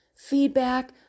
feedback